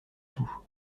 tout